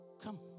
come